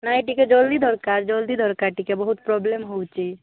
ନାଇଁ ଟିକେ ଜଲ୍ଦି ଦରକାର ଜଲ୍ଦି ଦରକାର ଟିକେ ବହୁତ ପ୍ରୋବ୍ଲେମ ହେଉଛି